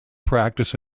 practice